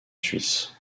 suisse